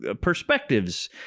perspectives